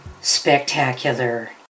spectacular